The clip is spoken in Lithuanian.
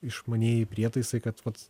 išmanieji prietaisai kad vat